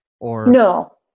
No